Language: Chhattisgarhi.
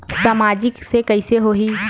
सामाजिक से कइसे होही?